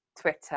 Twitter